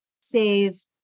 save